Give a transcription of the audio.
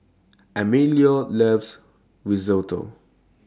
Emilio loves Risotto